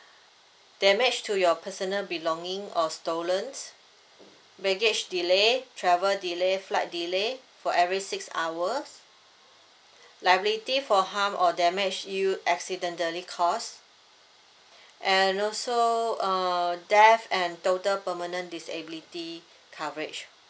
damage to your personal belonging or stolen baggage delay travel delay flight delay for every six hours liability for harm or damage you accidentally caused and also uh death and total permanent disability coverage